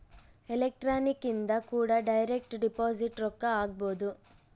electronic ಇಂದ ಕೂಡ direct deposit ರೊಕ್ಕ ಹಾಕ್ಬೊದು